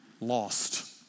lost